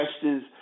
questions